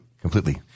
completely